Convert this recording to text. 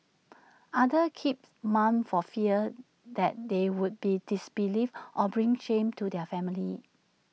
others keep mum for fear that they would be disbelieved or bring shame to their family